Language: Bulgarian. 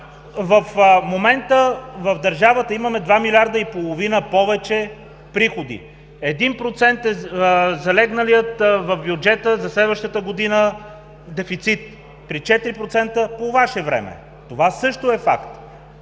В момента в държавата имаме 2,5 милиарда повече приходи. Залегналият в бюджета за следващата година дефицит е 1%, при 4% по Ваше време. Това също е факт!